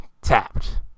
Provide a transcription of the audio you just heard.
tapped